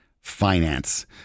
finance